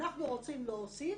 אנחנו רוצים להוסיף